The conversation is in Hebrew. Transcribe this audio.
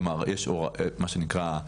כלומר, מה שנקרא,